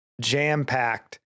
jam-packed